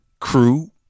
crew